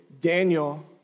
Daniel